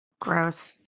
Gross